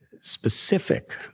specific